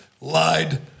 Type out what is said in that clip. lied